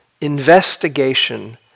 Investigation